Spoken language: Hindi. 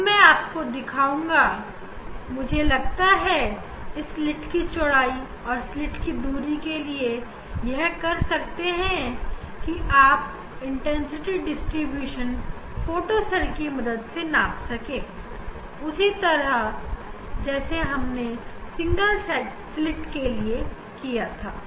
अब मैं आपको दिखाऊंगा मुझे लगता है हम स्लिट की चौड़ाई और स्लिट की दूरी के लिए यह कर सकते हैं की आप तीव्रता डिस्ट्रीब्यूशन फोटो सेल की मदद से माप सकते हैं उसी तरह जैसे हमने सिंगल स्लिट के लिए किया था